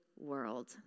world